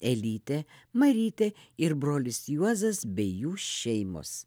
elytė marytė ir brolis juozas bei jų šeimos